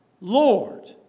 Lord